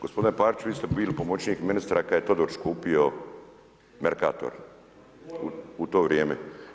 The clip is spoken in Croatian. Gospodine Parić vi ste bili pomoćnik ministra kada je Todorić kupio Mercator u to vrijeme.